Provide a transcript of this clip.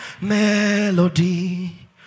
melody